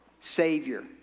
Savior